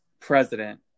president